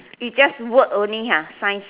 it's just word only ah science